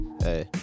hey